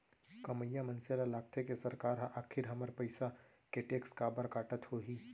कमइया मनसे ल लागथे के सरकार ह आखिर हमर पइसा के टेक्स काबर काटत होही